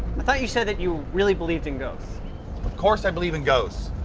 i thought you said that you really believed in ghosts. of course i believe in ghosts.